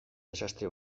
desastre